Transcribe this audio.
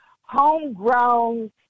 homegrown